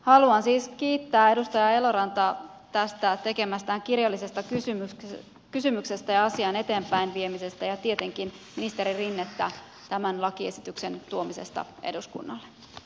haluan siis kiittää edustaja elorantaa tästä hänen tekemästään kirjallisesta kysymyksestä ja asian eteenpäinviemisestä ja tietenkin ministeri rinnettä tämän lakiesityksen tuomisesta eduskunnalle